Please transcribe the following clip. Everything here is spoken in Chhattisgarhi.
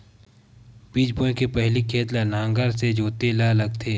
बीज बोय के पहिली खेत ल नांगर से जोतेल लगथे?